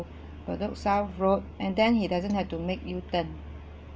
bedok south road and then he doesn't have to make U turn